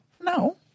no